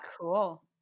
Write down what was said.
Cool